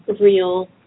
real